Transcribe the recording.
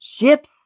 ships